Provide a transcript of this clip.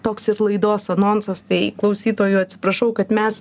toks ir laidos anonsas tai klausytojų atsiprašau kad mes